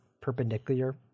perpendicular